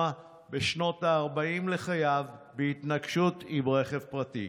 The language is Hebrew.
בשנות ה-40 לחייו בהתנגשות עם רכב פרטי.